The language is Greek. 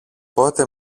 πότε